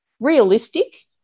realistic